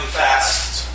fast